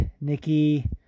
Nikki